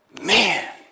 Man